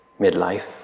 midlife